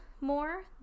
more